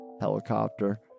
helicopter